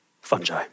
fungi